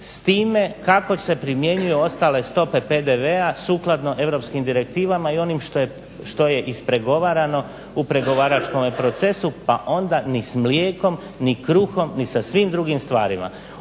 s time kako se primjenjuju ostale stope PDV-a sukladno europskim direktivama i onim što je ispregovarano u pregovaračkom procesu pa onda ni s mlijekom ni kruhom ni sa svim drugim stvarima.